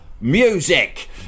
music